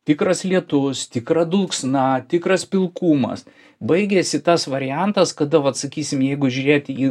tikras lietus tikra dulksna tikras pilkumas baigėsi tas variantas kada vat sakysim jeigu žiūrėti į